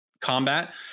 combat